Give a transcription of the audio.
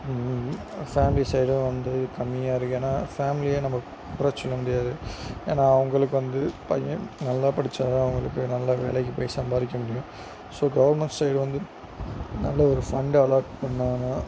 family சைடும் வந்து கம்மியாக இருக்குது ஏன்னால் ஃபேமிலியை நம்ம குறைச் சொல்ல முடியாது ஏன்னால் அவங்களுக்கு வந்து பையன் நல்லா படிச்சால்தான் அவங்களுக்கு நல்ல வேலைக்கு போய் சம்பாதிக்க முடியும் ஸோ கவர்ன்மெண்ட் சைடு வந்து நல்ல ஒரு ஃபண்டு அலாட் பண்ணாங்கன்னால்